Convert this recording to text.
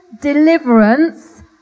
deliverance